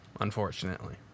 unfortunately